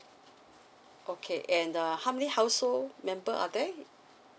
okay and uh how many household member are there